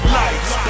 lights